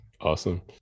awesome